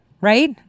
right